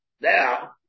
Now